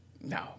No